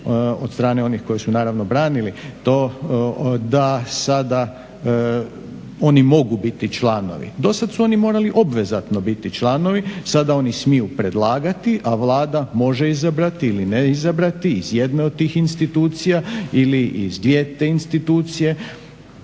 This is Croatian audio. od strane onih koji su naravno branili to da sada oni mogu biti članovi. Do sada su oni morali obvezatno biti članovi, sada oni smiju predlagati a Vlada može izabrati ili ne izabrati iz jedne od tih institucije ili iz dvije te institucije